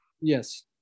Yes